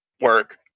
work